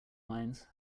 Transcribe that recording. mines